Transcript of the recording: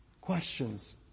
questions